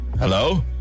Hello